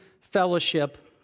fellowship